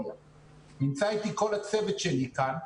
נמצא איתי כל הצוות שלי כאן,